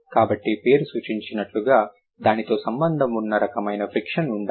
కాబట్టి పేరు సూచించినట్లుగా దానితో సంబంధం ఉన్న రకమైన ఫ్రిక్షన్ ఉండాలి